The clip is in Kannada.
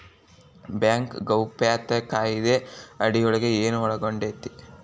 ಬ್ಯಾಂಕ್ ಗೌಪ್ಯತಾ ಕಾಯಿದೆ ಅಡಿಯೊಳಗ ಏನು ಒಳಗೊಂಡೇತಿ?